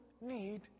need